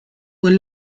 were